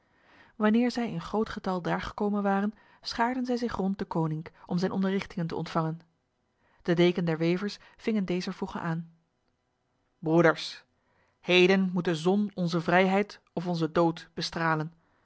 wanneer zij in groot getal daar gekomen waren schaarden zij zich rond deconinck om zijn onderrichtingen te ontvangen de deken der wevers ving in dezer voege aan broeders heden moet de zon onze vrijheid of onze dood bestralen